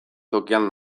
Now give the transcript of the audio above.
tokian